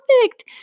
perfect